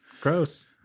Gross